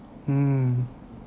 mm